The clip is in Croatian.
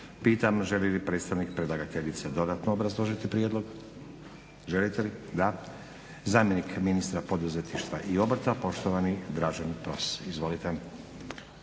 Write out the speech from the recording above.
Pitam želi li predstavnik predlagateljice dodatno obrazložiti prijedlog? Da. Zamjenik ministra poduzetništva i obrta poštovani Dražen Pros, izvolite.